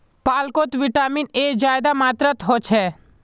पालकोत vitamin A ज्यादा मात्रात होछे